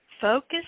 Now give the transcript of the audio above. focus